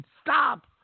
Stop